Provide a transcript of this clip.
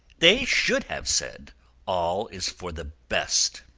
they should have said all is for the best.